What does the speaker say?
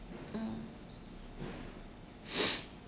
mm